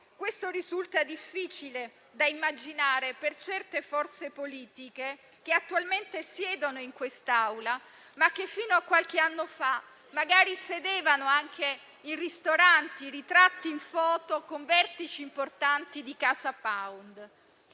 Ciò risulta difficile da immaginare per certe forze politiche che attualmente siedono in quest'Aula, ma che fino a qualche anno fa magari sedevano anche in ristoranti, ritratti in foto, con vertici importanti di CasaPound.